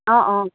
অঁ অঁ